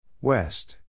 West